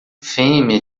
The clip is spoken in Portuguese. fêmea